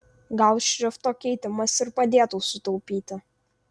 gal šrifto keitimas ir padėtų sutaupyti